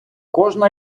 кожна